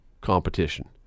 competition